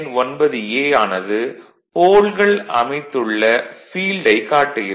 9ஏ ஆனது போல்கள் அமைத்துள்ள ஃபீல்டைக் காட்டுகிறது